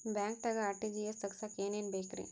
ಬ್ಯಾಂಕ್ದಾಗ ಆರ್.ಟಿ.ಜಿ.ಎಸ್ ತಗ್ಸಾಕ್ ಏನೇನ್ ಬೇಕ್ರಿ?